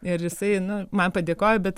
ir jisai nu man padėkojo bet